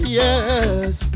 yes